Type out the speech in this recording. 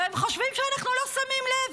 והם חושבים שאנחנו לא שמים לב,